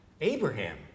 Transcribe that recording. Abraham